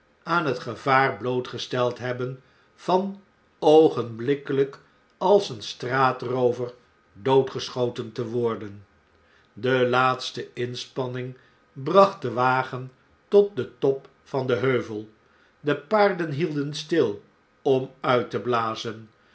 aan t gevaar blootgesteld hebben van oogenblikkelp als een straatroover doodgeschoten te worden de laatste inspanning bracht de wagen tot den top van den heuvel de paarden hielden stil om uit te blazen